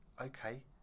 Okay